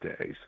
days